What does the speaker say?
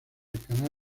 canal